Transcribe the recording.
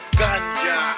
ganja